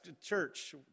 Church